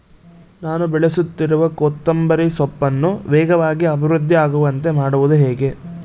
ನಾನು ಬೆಳೆಸುತ್ತಿರುವ ಕೊತ್ತಂಬರಿ ಸೊಪ್ಪನ್ನು ವೇಗವಾಗಿ ಅಭಿವೃದ್ಧಿ ಆಗುವಂತೆ ಮಾಡುವುದು ಹೇಗೆ?